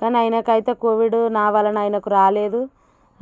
కానీ ఆయనకు అయితే కోవిడు నా వలన ఆయనకు రాలేదు